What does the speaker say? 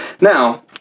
Now